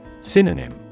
Synonym